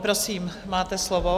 Prosím, máte slovo.